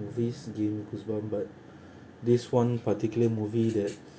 movies give me goose bump but this one particular movie that